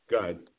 Good